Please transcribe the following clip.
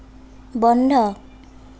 বন্ধ